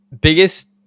biggest